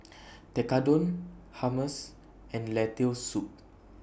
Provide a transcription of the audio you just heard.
Tekkadon Hummus and Lentil Soup